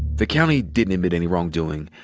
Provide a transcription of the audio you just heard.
the county didn't admit any wrongdoing,